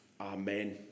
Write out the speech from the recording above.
Amen